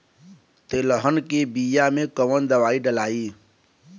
तेलहन के बिया मे कवन दवाई डलाई?